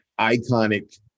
iconic